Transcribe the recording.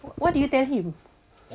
what did you tell him